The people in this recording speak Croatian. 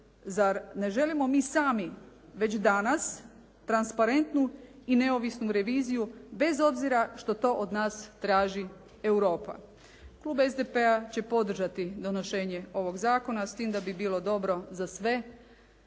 Zar ne želimo mi sami već danas transparentnu i neovisnu reviziju bez obzira što to od nas traži Europa. Klub SDP-a će podržati donošenje ovog zakona, s tim da bi bilo dobro za sve